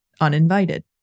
uninvited